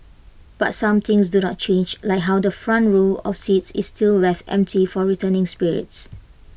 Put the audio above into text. but some things do not change like how the front row of seats is still left empty for returning spirits